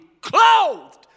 clothed